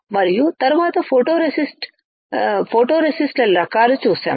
మరియు తరువాత ఫోటోరేసిస్ట్ ల రకాలు చూసాము